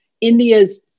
India's